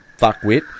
fuckwit